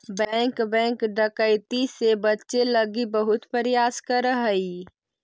bank bank डकैती से बचे लगी बहुत प्रयास करऽ हइ